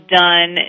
done